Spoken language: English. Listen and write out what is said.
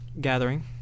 gathering